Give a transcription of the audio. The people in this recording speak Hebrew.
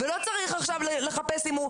ולא צריך עכשיו לחפש אם הוא...